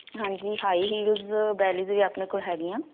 ਹਾਂਜੀ high heels bellies ਵੀ ਆਪਣੇ ਕੋਲ ਹੈਗੀਆਂ